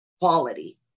quality